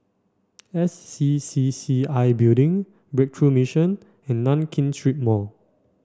S C C C I Building Breakthrough Mission and Nankin Street Mall